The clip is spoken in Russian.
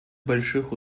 больших